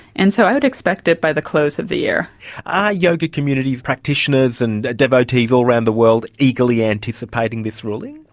and so i would expect it by the close of the year. are yoga communities, practitioners and the devotees all around the world eagerly anticipating this ruling?